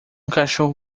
cachorro